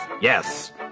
yes